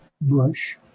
Bush